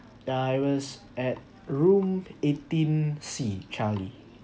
yeah I was at room eighteen C charlie